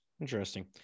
Interesting